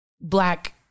Black